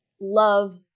love